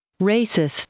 Racist